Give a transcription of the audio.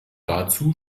dazu